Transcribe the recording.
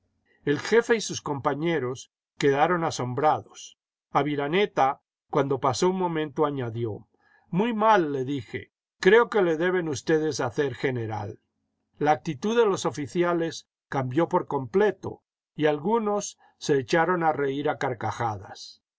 el jefe y sus compañeros quedaron asombrados aviraneta cuando pasó un momento añadió ímuy mal le dije creo que le deben ustedes hacer general la actitud de los oficiales cambió por completo y algunos se echaron a reir a carcajadas